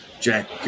Jack